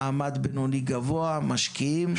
מעמד בינוני גבוה, משקיעים וכן הלאה.